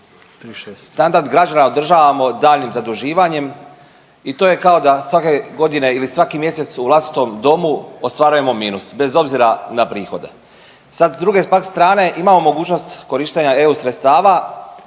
standard građana održavamo daljnjim zaduživanjem i to je kao da svake godine ili svaki mjesec u vlastitom domu ostvarujemo minus bez obzira na prihode. Sad s druge pak strane imamo mogućnost korištenja eu sredstava